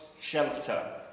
shelter